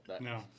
No